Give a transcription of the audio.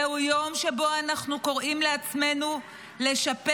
זהו יום שבו אנחנו קוראים לעצמנו לשפר